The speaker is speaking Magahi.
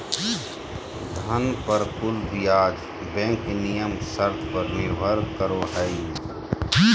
धन पर कुल ब्याज बैंक नियम शर्त पर निर्भर करो हइ